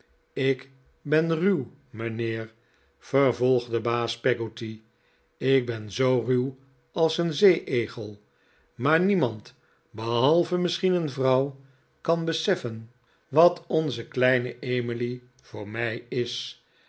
ik ben raw mijnheer vervolgde baas peggotty ik ben zoo ruw als een zee egel maar niemand behalve misschien een vrouw kan beseffen wat onze kleine emily voor mij is